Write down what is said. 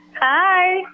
Hi